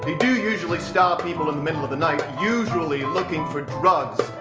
do usually stop people in the middle of the night, usually looking for drugs.